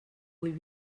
vull